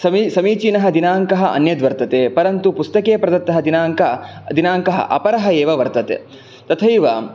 समीचीनः दिनाङ्कः अन्यद्वर्तते परन्तु पुस्तके प्रदत्तः दिनाङ्कः दिनाङ्कः अपरः एव वर्तते तथैव